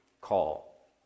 call